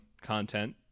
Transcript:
content